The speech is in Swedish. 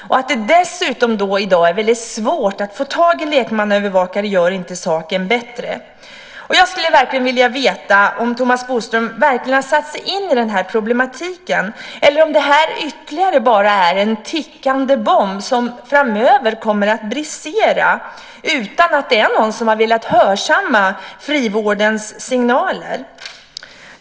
Att det i dag dessutom är väldigt svårt att få tag i lekmannaövervakare gör inte saken bättre. Jag skulle vilja veta om Thomas Bodström verkligen har satt sig in i denna problematik, eller om detta bara är ytterligare en tickande bomb som framöver kommer att brisera utan att det är någon som har velat hörsamma frivårdens signaler.